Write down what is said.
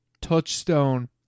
touchstone